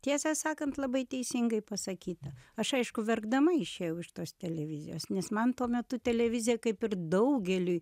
tiesą sakant labai teisingai pasakyta aš aišku verkdama išėjau iš tos televizijos nes man tuo metu televizija kaip ir daugeliui